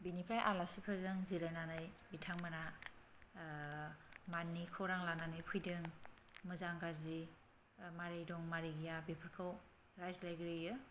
बिनिफ्राय आलासिफोरजों जिरायनानै बिथांमोना मानि खौरां लानानै फैदों मोजां गाज्रि मारै दं मारै गैया बैफोरखौ रायज्लायग्रोयो